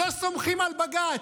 לא סומכים על בג"ץ,